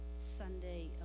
Sunday